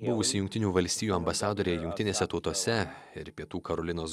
buvusi jungtinių valstijų ambasadorė jungtinėse tautose ir pietų karolinos